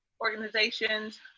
organizations